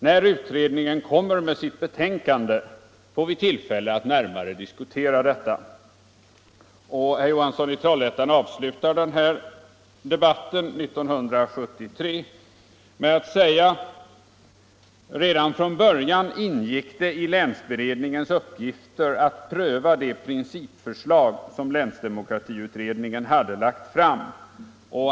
När utredningen kommer med sitt betänkande får vi tillfälle att närmare diskutera detta.” Herr Johansson i Trollhättan avslutade denna debatt 1973 med att säga att det redan från början ingick i länsberedningens uppgifter att pröva det principförslag som länsdemokratiutredningen hade lagt fram.